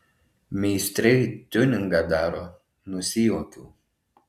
meistrai tiuningą daro nusijuokiau